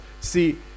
see